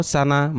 Sana